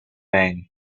bank